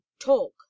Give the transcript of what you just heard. talk